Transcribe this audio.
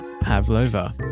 Pavlova